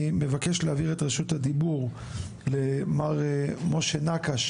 אני מבקש להעביר את רשות הדיבור למר משה נקש,